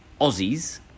Aussies